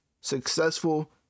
successful